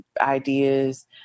ideas